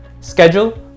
schedule